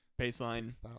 baseline